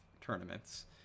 tournaments